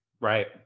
Right